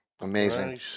Amazing